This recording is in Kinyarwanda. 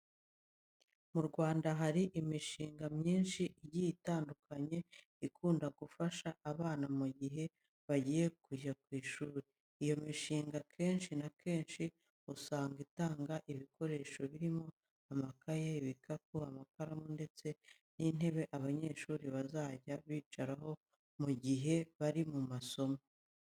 Mu Rwanda hari imishinga myinshi igiye itandukanye ikunda gufasha abana mu gihe bagiye kujya ku ishuri. Iyo mishinga akenshi na kenshi usanga itanga ibikoresho birimo amakaye, ibikapu, amakaramu ndetse n'intebe abanyeshuri bazajya bicaraho mu gihe bari mu masomo.